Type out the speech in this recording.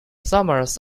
summers